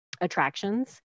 attractions